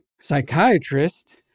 psychiatrist